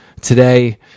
Today